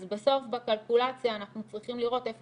אז בסוף בקלקולציה אנחנו צריכים לראות איפה